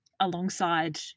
alongside